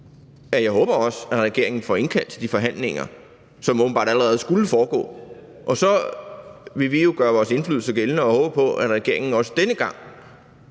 jeg håber, at regeringen får indkaldt til de forhandlinger, som åbenbart allerede skulle foregå. Så vil vi jo gøre vores indflydelse gældende og håbe på, at regeringen også denne gang